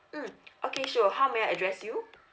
mmhmm okay sure how may I address you